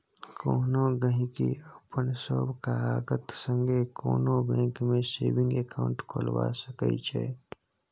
कोनो गहिंकी अपन सब कागत संगे कोनो बैंक मे सेबिंग अकाउंट खोलबा सकै छै